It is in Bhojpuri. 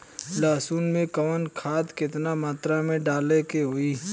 लहसुन में कवन खाद केतना मात्रा में डाले के होई?